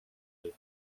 deux